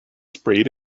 sprayed